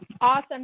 Awesome